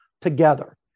together